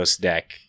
deck